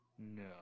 No